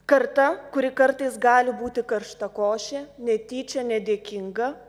karta kuri kartais gali būti karštakošė netyčia nedėkinga